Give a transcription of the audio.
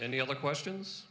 any other questions